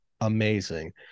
amazing